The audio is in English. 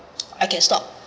I can stop